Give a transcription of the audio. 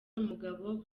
umugabo